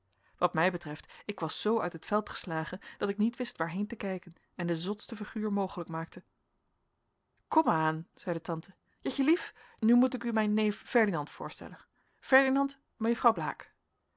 wat mij betreft ik was zoo uit het veld geslagen dat ik niet wist waarheen te kijken en de zotste figuur mogelijk maakte komaan zeide tante jetje lief nu moet ik u mijn neef ferdinand voorstellen ferdinand mejuffrouw blaek